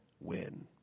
win